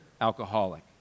alcoholic